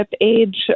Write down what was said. age